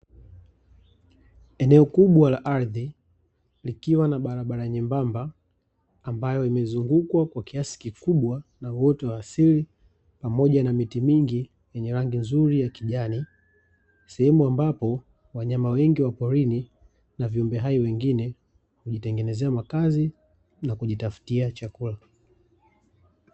Eneo kubwa la ardhi likiwa na barabara nyembamba ambayo imezungukwa kwa kiasi kikubwa na uoto wa asili pamoja na miti mingi yenye rangi nzuri ya kijani. Sehemu ambapo wanyama wengi wa porini na viumbe hai wengine hujitengenezea makazi na kujitafutia chakula.